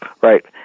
Right